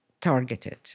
targeted